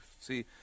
see